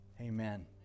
Amen